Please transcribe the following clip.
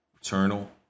Eternal